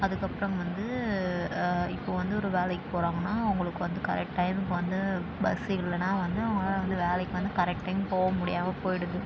அதுக்கப்புறம் வந்து இப்போது வந்து ஒரு வேலைக்கு போகிறாங்கன்னா அவங்களுக்கு வந்து கரெக்ட் டைம்க்கு வந்து பஸ் இல்லைன்னா வந்து அவங்களால வந்து வேலைக்கு வந்து கரெக்ட் டைம்க்கு போக முடியாமல் போய்டுது